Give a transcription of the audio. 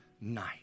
night